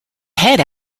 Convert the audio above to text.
head